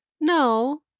No